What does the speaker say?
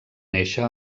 néixer